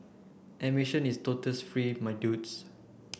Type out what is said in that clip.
admission is totes free my dudes